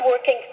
working